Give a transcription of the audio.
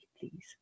please